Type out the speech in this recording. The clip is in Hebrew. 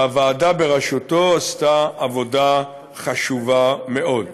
והוועדה בראשותו עשתה עבודה חשובה מאוד.